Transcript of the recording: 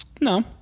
No